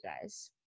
guys